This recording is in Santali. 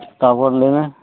ᱛᱟᱯᱚᱨ ᱞᱟᱹᱭᱢᱮ